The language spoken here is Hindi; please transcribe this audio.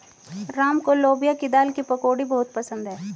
राम को लोबिया की दाल की पकौड़ी बहुत पसंद हैं